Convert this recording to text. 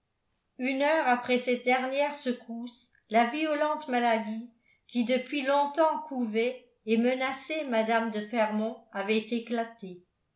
une heure après cette dernière secousse la violente maladie qui depuis longtemps couvait et menaçait mme de fermont avait éclaté